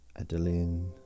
Adeline